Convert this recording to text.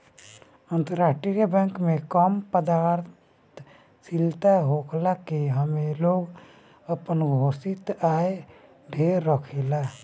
अंतरराष्ट्रीय बैंक में कम पारदर्शिता होखला से एमे लोग आपन अघोषित आय ढेर रखेला